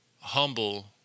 humble